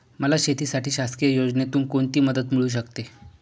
मला शेतीसाठी शासकीय योजनेतून कोणतीमदत मिळू शकते?